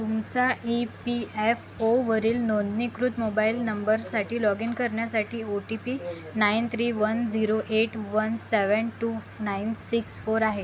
तुमच्या E P F ओवरील नोंदणीकृत मोबाइल नंबरसाठी लॉगिन करण्यासाठी O T P nine three one zero eight one seven two nine six four आहे